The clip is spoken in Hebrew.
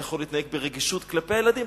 היה יכול להתנהג ברגישות כלפי הילדים,